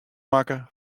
makke